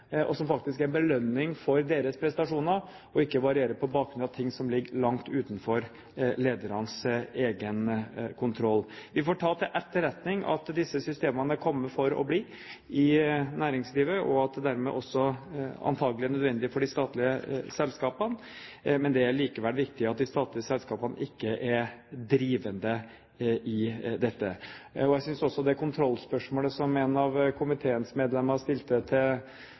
og som faktisk er belønning for deres prestasjoner, og ikke varierer på bakgrunn av ting som ligger langt utenfor ledernes egen kontroll. Vi får ta til etterretning at disse systemene er kommet for å bli i næringslivet, og at det dermed også antakelig er nødvendig for de statlige selskapene. Men det er likevel viktig at de statlige selskapene ikke er drivende i dette. Jeg synes også det kontrollspørsmålet som en av komiteens medlemmer stilte til